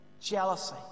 jealousy